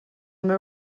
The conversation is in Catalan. meu